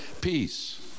peace